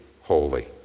holy